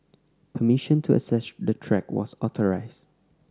permission to access the track was authorised